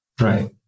Right